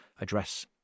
address